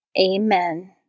Amen